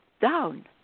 down